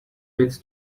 bits